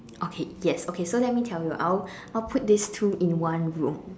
okay yes okay so let me tell you I will I will put these two in one room